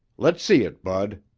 let's see it, bud.